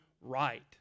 right